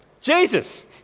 Jesus